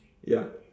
ya